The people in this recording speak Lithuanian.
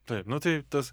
taip nu tai tas